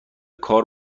کار